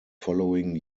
following